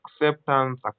acceptance